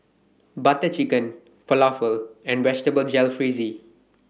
Butter Chicken Falafel and Vegetable Jalfrezi